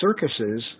circuses